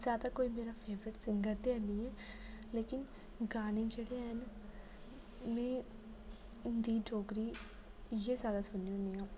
जादा कोई मेरा फेवरेट सिंगर ते ऐनी ऐ लेकिन गाने जेह्ड़े हैन में हिंदी डोगरी इ'यै जादा सुननी होनी